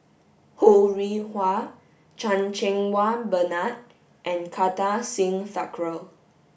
Ho Rih Hwa Chan Cheng Wah Bernard and Kartar Singh Thakral